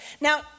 Now